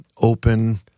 open